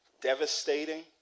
devastating